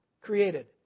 created